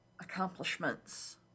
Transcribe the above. accomplishments